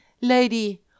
Lady